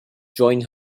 joining